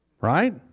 right